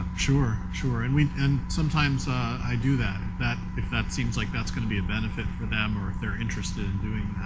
sure, sure. and and sometimes i do that that if that seems like that's going to be a benefit for them or if they're interested in doing